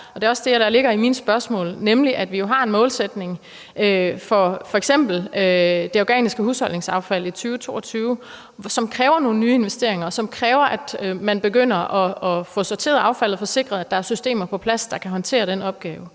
Det er også det, der ligger i mine spørgsmål, nemlig at vi jo har en målsætning i 2022 for f.eks. det organiske husholdningsaffald, som kræver nogle nye investeringer, og som kræver, at man begynder at få sorteret affaldet og få sikret, at der er systemer på plads, der kan håndtere den opgave.